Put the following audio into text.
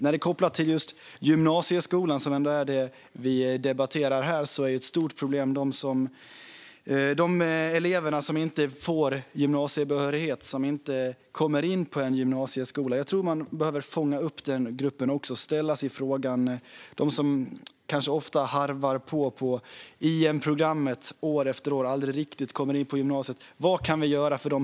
När det gäller gymnasieskolan, som är det vi debatterar nu, är ett stort problem de elever som inte får gymnasiebehörighet och inte kommer in på en gymnasieskola. Jag tror att man behöver fånga upp den gruppen och ställa sig frågan vad vi kan göra för dem som går på IM-programmet och harvar på år efter år men aldrig riktigt kommer in på gymnasiet.